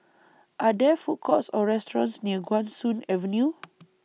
Are There Food Courts Or restaurants near Guan Soon Avenue